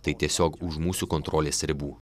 tai tiesiog už mūsų kontrolės ribų